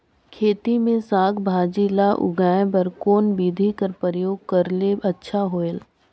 खेती मे साक भाजी ल उगाय बर कोन बिधी कर प्रयोग करले अच्छा होयल?